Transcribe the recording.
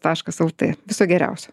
taškas lt viso geriausio